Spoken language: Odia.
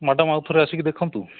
ମ୍ୟାଡ଼ାମ୍ ଆଉଥରେ ଆସିକି ଦେଖନ୍ତୁ